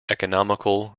economical